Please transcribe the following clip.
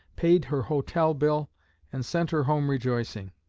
paid her hotel bill and sent her home rejoicing.